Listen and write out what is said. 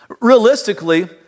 Realistically